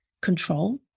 control